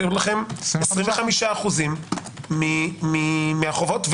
-- 25% מהחובות.